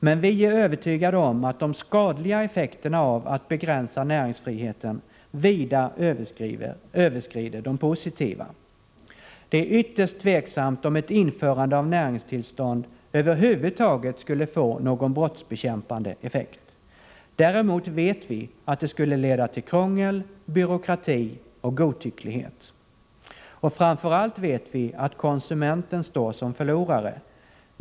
Men vi är övertygade om att de skadliga effekterna av att begränsa näringsfriheten vida överskrider de positiva. Det är ytterst tveksamt om ett införande av näringstillstånd över huvud taget skulle få någon brottsbekämpande effekt! Däremot vet vi att det skulle leda till krångel, byråkrati och godtycklighet. Och framför allt vet vi att konsumenten står som förlorare.